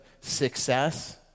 success